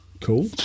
Cool